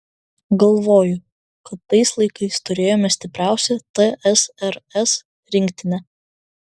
galvoju kad tais laikais turėjome stipriausią tsrs rinktinę